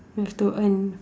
have to earn for